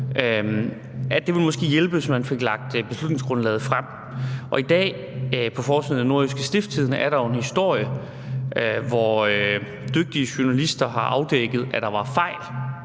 måske ville hjælpe, hvis man fik lagt beslutningsgrundlaget frem. I dag er der på forsiden af NORDJYSKE en historie, hvor dygtige journalister har afdækket, at der var fejl